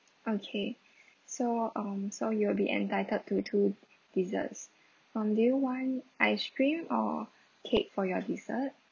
okay so um so you'll be entitled to two desserts um do you want ice cream or cake for your dessert